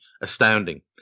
astounding